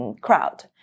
Crowd